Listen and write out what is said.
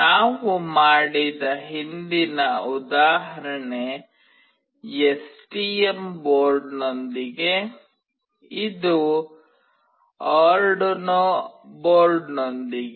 ನಾವು ಮಾಡಿದ ಹಿಂದಿನ ಉದಾಹರಣೆ ಎಸ್ಟಿಎಂ ಬೋರ್ಡ್ನೊಂದಿಗೆ ಇದು ಆರ್ಡುನೊ ಬೋರ್ಡ್ನೊಂದಿಗೆ